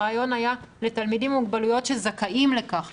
הרעיון היה לתלמידים עם מוגבלויות שזכאים לכך.